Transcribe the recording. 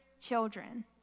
children